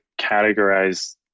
categorize